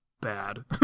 bad